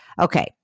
Okay